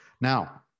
Now